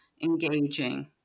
Engaging